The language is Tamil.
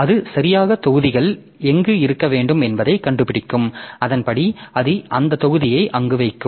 எனவே அது சரியாக தொகுதிகள் எங்கு இருக்க வேண்டும் என்பதைக் கண்டுபிடிக்கும் அதன்படி அது அந்தத் தொகுதியை அங்கு வைக்கும்